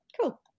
Cool